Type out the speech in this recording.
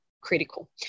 critical